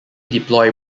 deploy